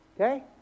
Okay